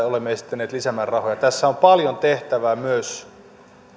olemme esittäneet lisämäärärahoina tässä on paljon tehtävää myös